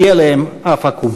יהיה להם אף עקום.